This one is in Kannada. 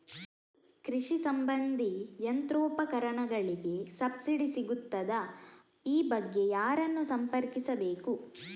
ಕೃಷಿ ಸಂಬಂಧಿ ಯಂತ್ರೋಪಕರಣಗಳಿಗೆ ಸಬ್ಸಿಡಿ ಸಿಗುತ್ತದಾ? ಈ ಬಗ್ಗೆ ಯಾರನ್ನು ಸಂಪರ್ಕಿಸಬೇಕು?